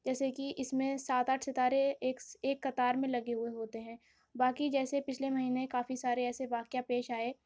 جیسے کہ اس میں سات آٹھ ستارے ایک ایک قطار میں لگے ہوئے ہوتے ہیں باقی جیسے پچھلے مہینے کافی سارے ایسے واقعہ پیش آئے